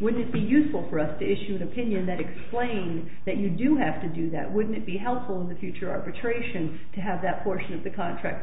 would be useful for us to issue an opinion that explains that you do have to do that wouldn't it be helpful in the future arbitration to have that portion of the contract